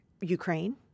Ukraine